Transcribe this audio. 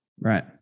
Right